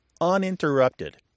uninterrupted